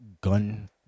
gun